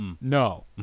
No